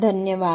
धन्यवाद